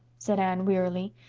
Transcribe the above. said anne wearily.